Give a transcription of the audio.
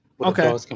Okay